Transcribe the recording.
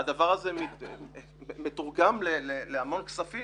הדבר הזה מתורגם להמון כספים,